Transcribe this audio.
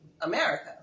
America